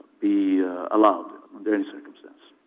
be allowed under any circumstance.